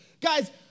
Guys